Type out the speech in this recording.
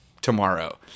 tomorrow